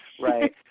Right